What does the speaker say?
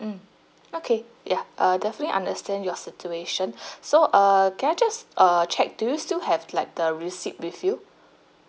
mm okay ya uh definitely understand your situation so err can I just uh check do you still have like the receipt with you